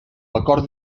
acordi